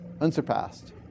unsurpassed